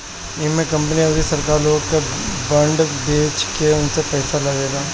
इमे कंपनी अउरी सरकार लोग के बांड बेच के उनसे पईसा लेवेला